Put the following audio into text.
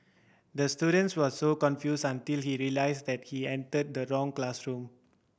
the student was so confused until he realised that he entered the wrong classroom